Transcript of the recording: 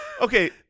Okay